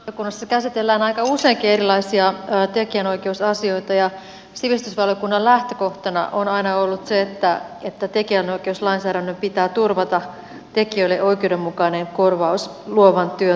sivistysvaliokunnassa käsitellään aika useinkin erilaisia tekijänoikeusasioita ja sivistysvaliokunnan lähtökohtana on aina ollut se että tekijänoikeuslainsäädännön pitää turvata tekijöille oikeudenmukainen korvaus luovan työn tuloksista